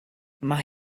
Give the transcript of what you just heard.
mae